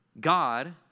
God